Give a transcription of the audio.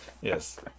Yes